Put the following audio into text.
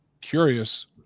curious